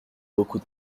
beaucoup